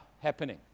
happening